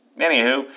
Anywho